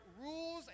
rules